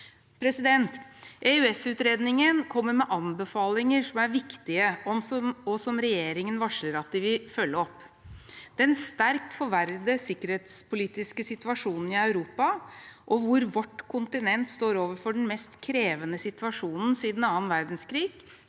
politisk. EØS-utredningen kommer med anbefalinger som er viktige, og som regjeringen varsler at de vil følge opp. Den sterkt forverrede sikkerhetspolitiske situasjonen i Europa, hvor vårt kontinent står overfor den mest krevende situasjonen siden annen verdenskrig,